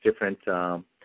different